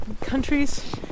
countries